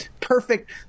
perfect